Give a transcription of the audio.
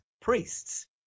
priests